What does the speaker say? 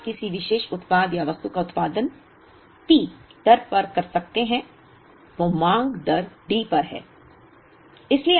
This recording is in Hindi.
यदि आप किसी विशेष उत्पाद या वस्तु का उत्पादन P दर पर करते हैं तो मांग दर D पर है